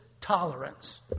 Tolerance